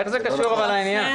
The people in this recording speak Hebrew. איך זה קשור לעניין?